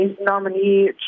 nominee